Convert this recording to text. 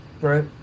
right